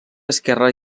esquerre